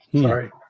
Sorry